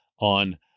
on